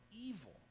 evil